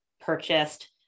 purchased